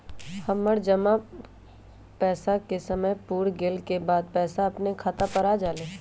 हमर जमा पैसा के समय पुर गेल के बाद पैसा अपने खाता पर आ जाले?